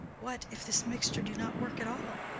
what if this mixture do not work at all?